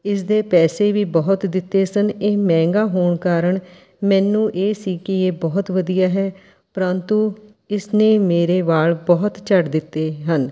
ਇਸਦੇ ਪੈਸੇ ਵੀ ਬਹੁਤ ਦਿੱਤੇ ਸਨ ਇਹ ਮਹਿੰਗਾ ਹੋਣ ਕਾਰਨ ਮੈਨੂੰ ਇਹ ਸੀ ਕਿ ਇਹ ਬਹੁਤ ਵਧੀਆ ਹੈ ਪ੍ਰੰਤੂ ਇਸਨੇ ਮੇਰੇ ਵਾਲ਼ ਬਹੁਤ ਝੜ ਦਿੱਤੇ ਹਨ